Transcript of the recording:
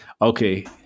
Okay